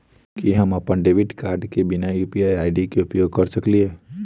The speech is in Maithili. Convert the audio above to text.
की हम अप्पन डेबिट कार्ड केँ बिना यु.पी.आई केँ उपयोग करऽ सकलिये?